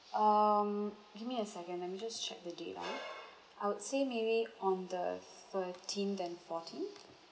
um give me a second let me just check the date ah I would say maybe on the thirteenth and fourteenth